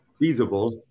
feasible